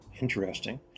interesting